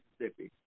Mississippi